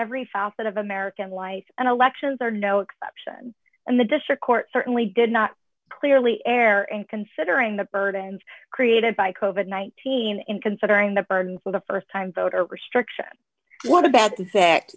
every facet of american life and elections are no exception and the district court certainly did not clearly error in considering the burdens created by coven nineteen in considering the burden for the st time voter restriction what about t